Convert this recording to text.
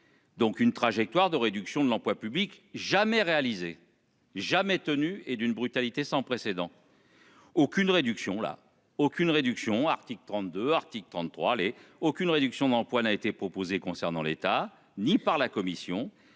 Donc une trajectoire de réduction de l'emploi public jamais réalisé jamais tenues et d'une brutalité sans précédant. Aucune réduction là aucune réduction Arctique 32 Arctique 33 les aucune réduction dans le poids n'a été proposé concernant l'état ni par la commission